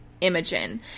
Imogen